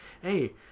hey